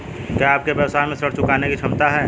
क्या आपके व्यवसाय में ऋण चुकाने की क्षमता है?